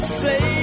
say